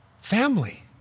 Family